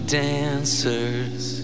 dancers